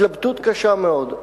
התלבטות קשה מאוד.